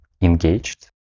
engaged